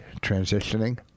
transitioning